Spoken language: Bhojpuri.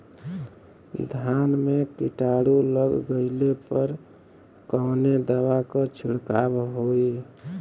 धान में कीटाणु लग गईले पर कवने दवा क छिड़काव होई?